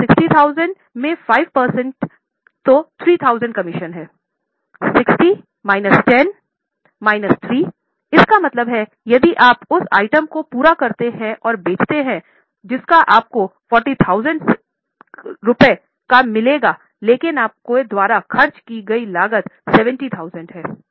तो 60000 में 5 प्रतिशत तो 3000 कमीशन है 60 माइनस 10 माइनस 3 इसका मतलब है यदि आप उस आइटम को पूरा करते हैं और बेचते हैं जिसका आपको 47000 का मिलेंगे लेकिन आपके द्वारा खर्च की गई लागत 70 है